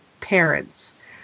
parents